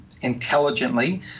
intelligently